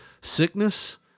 sickness